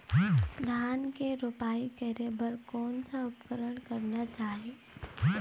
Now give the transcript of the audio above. धान के रोपाई करे बर कोन सा उपकरण करना चाही?